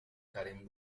karen